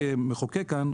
כמחוקק כאן,